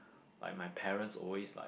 like my parents always like